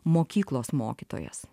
mokyklos mokytojas